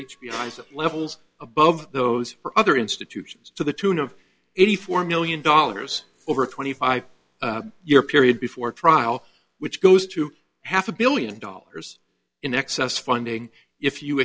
highest levels above those for other institutions to the tune of eighty four million dollars over twenty five year period before trial which goes to half a billion dollars in excess funding if you